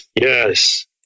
Yes